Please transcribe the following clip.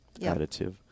additive